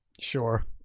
Sure